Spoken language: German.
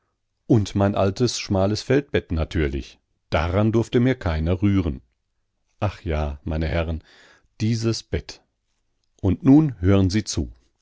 und mein altes schmales feldbett natürlich daran durfte mir keiner rühren ach ja meine herren dieses bett und nun hören sie zu